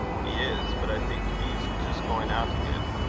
he is but i think he's just going out again.